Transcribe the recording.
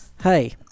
Hey